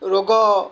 ରୋଗ